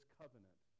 covenant